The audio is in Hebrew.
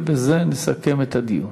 ובזה נסכם את הדיון.